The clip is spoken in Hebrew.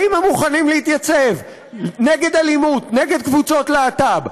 האם הם מוכנים להתייצב נגד אלימות נגד קבוצות להט"ב,